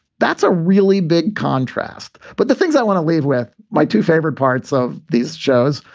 that's a really big contrast. but the things i want to leave with my two favorite parts of these shows.